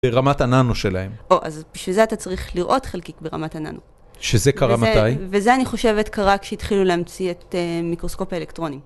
ברמת הננו שלהם. או, אז בשביל זה אתה צריך לראות חלקיק ברמת הננו. שזה קרה מתי? וזה אני חושבת קרה כשהתחילו להמציא את מיקרוסקופ האלקטרונים.